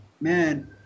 man